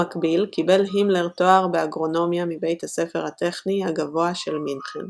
במקביל קיבל הימלר תואר באגרונומיה מבית הספר הטכני הגבוה של מינכן.